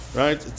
right